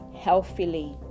healthily